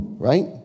Right